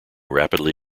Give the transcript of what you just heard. rapidly